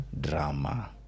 drama